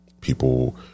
People